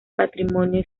patrimonio